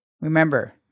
Remember